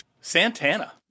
Santana